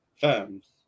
firms